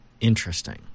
Interesting